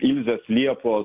ilzės liepos